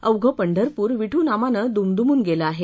अवघं पंढरपूर विठ नामानं द्मदमून गेलं आहे